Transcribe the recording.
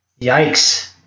yikes